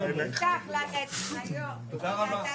תודה רבה,